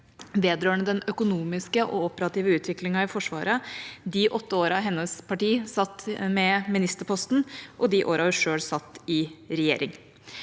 vedrørende den økonomiske og operative utviklingen i Forsvaret de åtte årene hennes parti satt med ministerposten, og de årene hun selv satt i regjering.